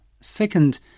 Second